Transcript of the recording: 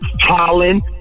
Holland